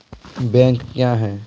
Bank क्या हैं?